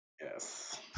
Yes